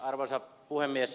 arvoisa puhemies